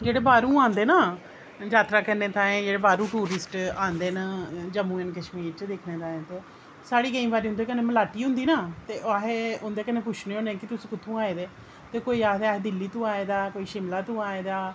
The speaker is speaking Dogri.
जेह्ड़े बाह्रूं आंदे न यात्तरां करने ताईं बाह्रूं टूरिस्ट आंदे जम्मू ऐंड़ कश्मीर च साढ़ी केईं उंदे कन्नै मलाटी होंदी न ओह् आखदे उ'नेंगी पुच्छने होन्ने कि तुस कुत्थूं आए दे कोई आखदा अस दिल्ली तूं आए दा कोई शिमला तूं आए दा